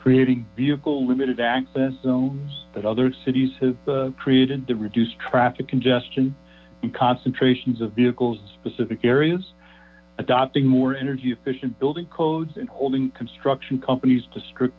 creating vehicle limited access zones that other cities have created to reduce traffic congestion and concentrations of vehicles specific areas adopting more energy efficient building codes and holding construction companies to stri